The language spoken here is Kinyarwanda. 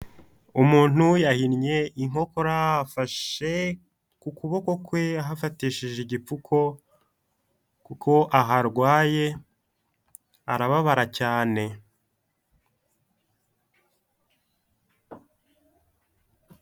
Umuntu yahinnye inkokora afashe ku kuboko kwe ahafatishije igipfuko kuko aharwaye arababara cyane.